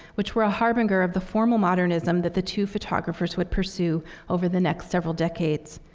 which were a harbinger of the formal modernism that the two photographers would pursue over the next several decades.